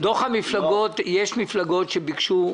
יש מפלגות שביקשו דחייה.